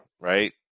right